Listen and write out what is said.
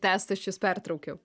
tęsti aš jus pertraukiau